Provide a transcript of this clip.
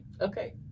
Okay